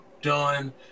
done